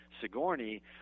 Sigourney